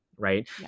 Right